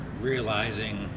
realizing